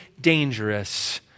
dangerous